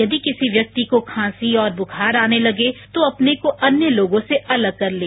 यदि किसी व्यक्ति को खांसी और बुखार आने लगे तो अपने को अन्य लोगों से अलग कर लें